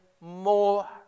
more